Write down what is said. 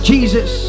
Jesus